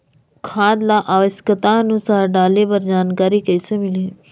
खाद ल आवश्यकता अनुसार डाले बर जानकारी कइसे मिलही?